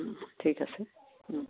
ঠিক আছে